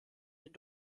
den